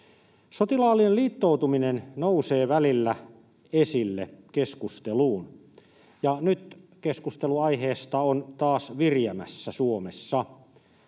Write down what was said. Sotilaallinen liittoutuminen nousee välillä esille keskusteluun, ja nyt keskustelu aiheesta on taas viriämässä Suomessa.